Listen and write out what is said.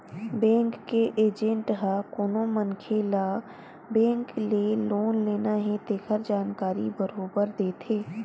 bank के agent ह कोनो मनखे ल बेंक ले लोन लेना हे तेखर जानकारी बरोबर देथे